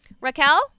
Raquel